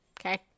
okay